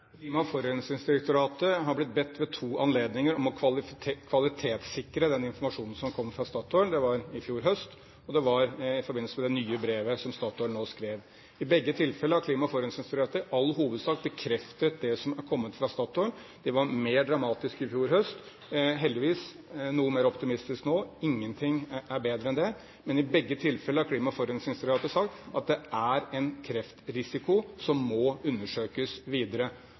Klima- og forurensningsdirektoratet har ved to anledninger blitt bedt om å kvalitetssikre den informasjonen som kom fra Statoil. Det var i fjor høst, og det var i forbindelse med det nye brevet som Statoil nå har skrevet. I begge tilfeller har Klima- og forurensningsdirektoratet i all hovedsak bekreftet det som har kommet fra Statoil. Det var mer dramatisk i fjor høst. Det er heldigvis noe mer optimistisk nå. Ingenting er bedre enn det. Men i begge tilfeller har Klima- og forurensningsdirektoratet sagt at det er en kreftrisiko som må undersøkes videre.